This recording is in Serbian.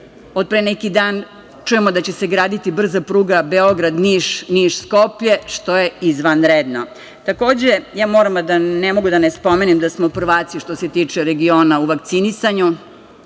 pre neki dan čujemo da će se graditi brza pruga Beograd-Niš, Niš –Skoplje, što je izvanredno. Takođe, ne mogu da ne spomenem da smo prvaci što se tiče regiona u vakcinisanju.